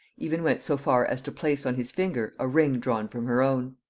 even went so far as to place on his finger a ring drawn from her own.